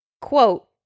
quote